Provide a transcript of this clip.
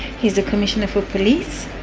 he's the commissioner for police.